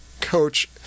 coach